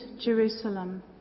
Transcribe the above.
Jerusalem